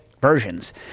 versions